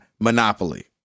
Monopoly